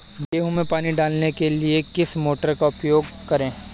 गेहूँ में पानी डालने के लिए किस मोटर का उपयोग करें?